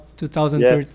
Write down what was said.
2013